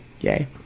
Yay